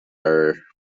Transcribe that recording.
are